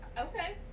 okay